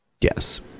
Yes